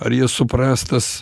ar jie supras tas